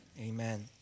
amen